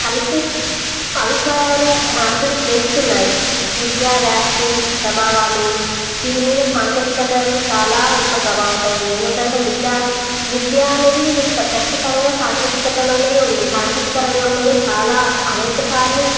కలిసి అభిప్రాయాలు మార్పిడి చేస్తున్నాయి విద్యావ్యాప్తి ప్రభావాలు దీని మీద సాంకేతికతకు చాలా ఎక్కువ ప్రభావితం ఉంది ఎందుకంటే విద్యా విద్య అనేది ఖచ్చితంగా సాంకేతికతలోనే ఉంది సాంకేతిక రంగంలోనే చాలా అనేక సార్లు